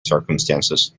circumstances